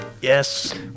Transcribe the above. Yes